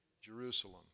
Jerusalem